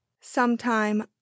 Sometime